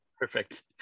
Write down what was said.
Perfect